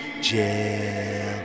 jail